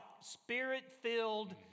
Spirit-filled